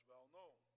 well-known